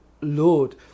Lord